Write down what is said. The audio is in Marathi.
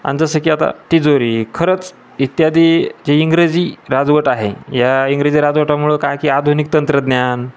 आणि जसं की आता तिजोरी खरंच इत्यादी जे इंग्रजी राजवट आहे या इंग्रजी राजवटीमुळं काय की आधुनिक तंत्रज्ञान